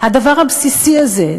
הדבר הבסיסי הזה,